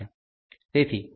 તેથી મારી પાસે 7